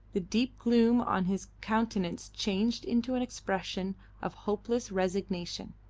the deep gloom on his countenance changed into an expression of hopeless resignation.